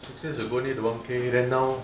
six years ago near to one K then now